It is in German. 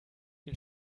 ihn